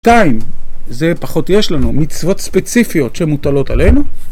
עדיין זה פחות יש לנו מצוות ספציפיות שמוטלות עלינו